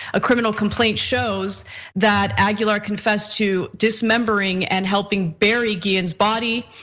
a criminal complaint shows that aguilar confessed to dismembering and helping bury guillen's body,